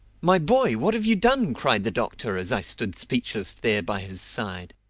my boy, what have you done? cried the doctor, as i stood speechless there by his side.